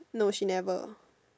no she never